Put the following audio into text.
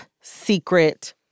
secret